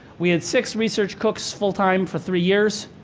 we had six research cooks, full-time, for three years.